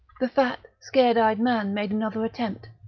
the fat, scared-eyed man made another attempt.